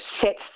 sets